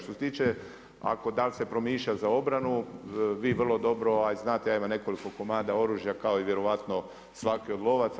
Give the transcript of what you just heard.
Što se tiče, ako se, da li se promišlja za obranu vi vrlo dobro, a i znate ja imam nekoliko komada oružja kao i vjerojatno svaki od lovaca.